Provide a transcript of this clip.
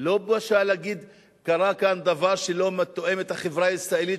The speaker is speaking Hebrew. לא בושה להגיד: קרה כאן דבר שלא תואם את החברה הישראלית,